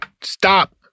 stop